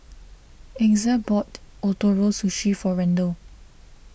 Exa bought Ootoro Sushi for Randle